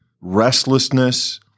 restlessness